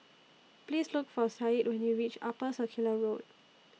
Please Look For Sadye when YOU REACH Upper Circular Road